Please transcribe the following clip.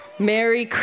Merry